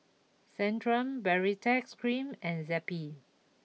Centrum Baritex Cream and Zappy